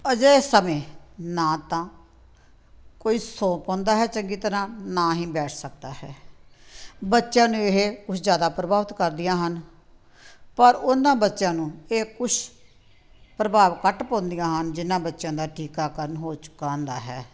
ਅਜਿਹੇ ਸਮੇਂ ਨਾ ਤਾਂ ਕੋਈ ਸੌਂ ਪਾਉਂਦਾ ਹੈ ਚੰਗੀ ਤਰ੍ਹਾਂ ਨਾ ਹੀ ਬੈਠ ਸਕਦਾ ਹੈ ਬੱਚਿਆਂ ਨੂੰ ਇਹ ਕੁਝ ਜ਼ਿਆਦਾ ਪ੍ਰਭਾਵਿਤ ਕਰਦੀਆਂ ਹਨ ਪਰ ਉਹਨਾਂ ਬੱਚਿਆਂ ਨੂੰ ਇਹ ਕੁਛ ਪ੍ਰਭਾਵ ਘੱਟ ਪਾਉਂਦੀਆਂ ਹਨ ਜਿਹਨਾਂ ਬੱਚਿਆਂ ਦਾ ਟੀਕਾਕਰਨ ਹੋ ਚੁੱਕਾ ਹੁੰਦਾ ਹੈ